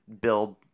build